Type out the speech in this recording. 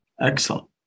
excellent